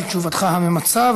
על תשובתך הממצה,